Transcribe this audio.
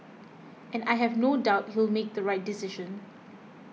and I have no doubt he'll make the right decision